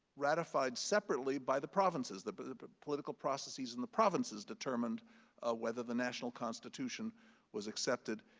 ratified separately by the provinces. the but the but political processes in the provinces determined ah whether the national constitution was accepted,